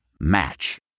Match